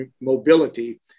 mobility